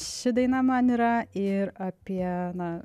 ši daina man yra ir apie na